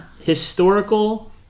historical